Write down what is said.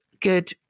good